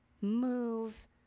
move